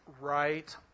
right